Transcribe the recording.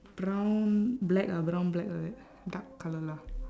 brown black ah brown black like that dark colour lah